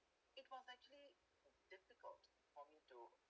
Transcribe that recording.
it was actually difficult for me to